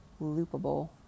loopable